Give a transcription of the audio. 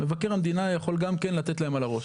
מבקר המדינה יכול גם כן לתת להם על הראש.